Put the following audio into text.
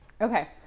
Okay